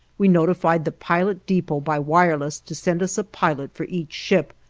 we notified the pilot depot by wireless to send us a pilot for each ship,